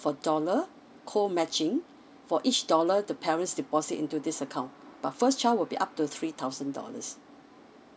for dollar co-matching for each dollar the parents deposit into this account but first child would be up to three thousand dollars